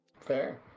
Fair